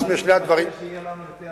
אני, שיהיו לנו יותר.